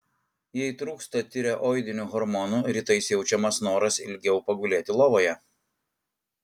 jei trūksta tireoidinių hormonų rytais jaučiamas noras ilgiau pagulėti lovoje